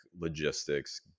logistics